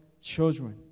children